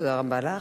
תודה רבה לך.